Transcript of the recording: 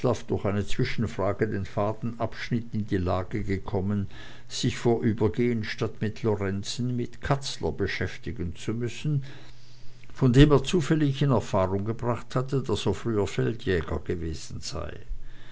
durch eine zwischenfrage den faden abschnitt in die lage gekommen sich vorübergehend statt mit lorenzen mit katzler beschäftigen zu müssen von dem er zufällig in erfahrung gebracht hatte daß er früher feldjäger gewesen sei